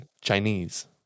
Chinese